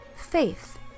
faith